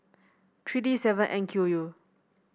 three D seven N Q U